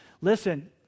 listen